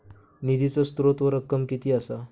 निधीचो स्त्रोत व रक्कम कीती असा?